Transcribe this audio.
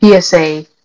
psa